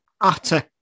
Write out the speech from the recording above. utter